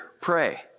pray